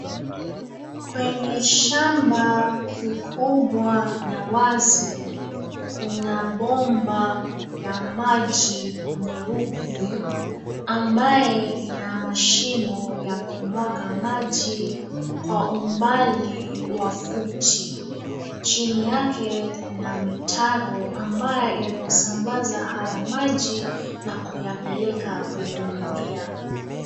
Kwenye shamba kikubwa na wazi kuna bomba ya maji nyeupe ambayo ina mashimo ya kumwaga maji kwa umbali wa futi. Chini yake kuna mitaro ambayo inasambaza haya maji na kuyapeleka kwenye mimea.